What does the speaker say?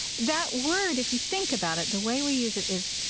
that word, if you think about it, the way we use it is